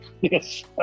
yes